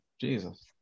Jesus